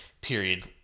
period